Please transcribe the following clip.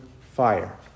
fire